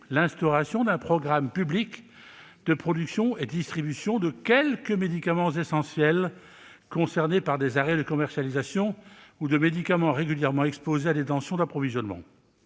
l'instauration d'un « programme public de production et distribution de quelques médicaments essentiels concernés par des arrêts de commercialisation, ou de médicaments régulièrement exposés à des tensions d'approvisionnement